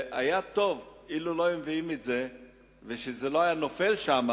והיה טוב אילו לא היו מביאים את זה ושזה לא היה נופל שם,